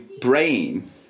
brain